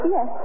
Yes